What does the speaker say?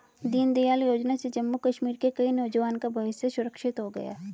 दीनदयाल योजना से जम्मू कश्मीर के कई नौजवान का भविष्य सुरक्षित हो गया